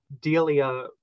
Delia